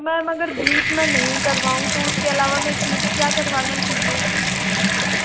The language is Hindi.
तो मैम अगर ब्लीच मैं नहीं करवाऊं तो उसके अलावा मैं मुझे क्या करवाना चाहिए